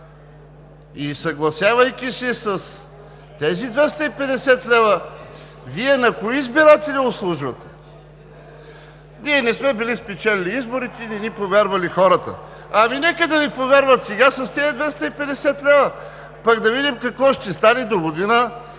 Съгласявайки се с тези 250 лв., Вие кои избиратели обслужвате?! Ние не сме били спечелили изборите и не ни били повярвали хората! Ами, нека да ни повярват сега с тези 250 лв., пък да видим какво ще стане догодина,